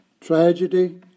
tragedy